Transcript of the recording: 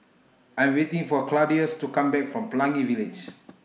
I'm waiting For Claudius to Come Back from Pelangi Village